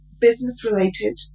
business-related